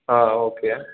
ஆ okay